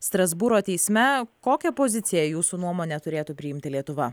strasbūro teisme kokią poziciją jūsų nuomone turėtų priimti lietuva